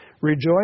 Rejoice